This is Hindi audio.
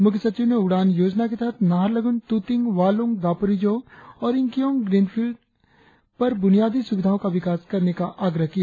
मुख्यसचिव ने उड़ान योजना के तहत नाहरलगुन तुतिंग वालोंग दापोरिजो और यिंगकियोंग ग्रीनफील्ड एयरपोर्ट पर बुनियादी सुविधाओं का विकास करने का आग्रह किय